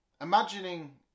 Imagining